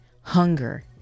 hunger